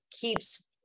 keeps